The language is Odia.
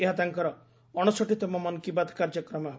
ଏହା ତାଙ୍କର ଅଣଷଠିତମ ମନ୍ କୀ ବାତ୍ କାର୍ଯ୍ୟକ୍ରମ ହେବ